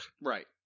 right